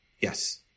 Yes